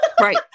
Right